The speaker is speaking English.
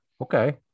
Okay